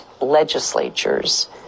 legislatures